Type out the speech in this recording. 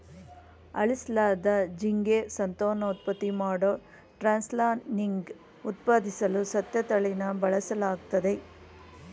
ಅಳಿಸ್ಲಾದ ಜೀನ್ಗೆ ಸಂತಾನೋತ್ಪತ್ತಿ ಮಾಡೋ ಟ್ರಾನ್ಸ್ಜೆನಿಕ್ ಉತ್ಪಾದಿಸಲು ಸಸ್ಯತಳಿನ ಬಳಸಲಾಗ್ತದೆ